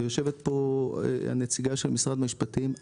ויושבת פה הנציגה של משרד המשפטים,